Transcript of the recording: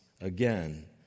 again